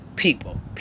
people